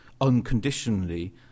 unconditionally